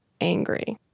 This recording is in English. angry